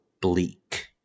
bleak